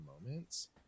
moments